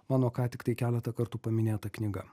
mano ką tik tai keletą kartų paminėta knyga